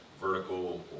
vertical